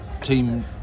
team